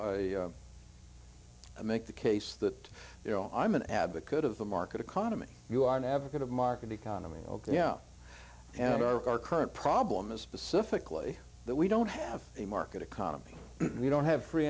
i make the case that you know i'm an advocate of the market economy you are an advocate of market economy yeah and our current problem is specifically that we don't have a market economy we don't have free